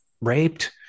raped